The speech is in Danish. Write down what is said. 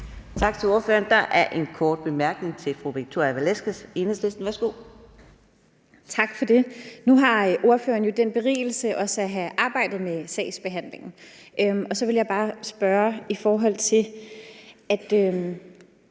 Tak til ordføreren. Der er en kort bemærkning til fru Victoria Velasquez, Enhedslisten. Værsgo. Kl. 14:44 Victoria Velasquez (EL): Tak for det. Nu er ordføreren jo beriget af også at have arbejdet med sagsbehandlingen, og så vil jeg bare, i forhold til at